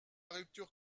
rupture